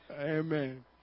Amen